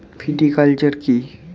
Viticulture কী?